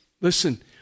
Listen